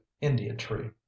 india-tree